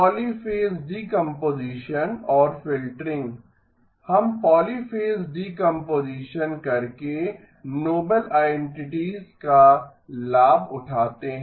polyphase decomposition और filtering हम polyphase decomposition करके नोबेल आईदेन्तितीस का लाभ उठाते हैं